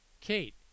Kate